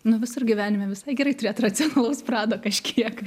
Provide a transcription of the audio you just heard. nu visur gyvenime visai gerai turėt racionalaus prado kažkiek